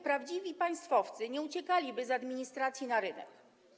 Prawdziwi państwowcy nie uciekaliby z administracji na rynek.